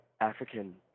African